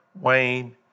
Wayne